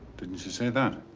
didn't she say that?